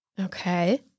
Okay